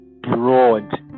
broad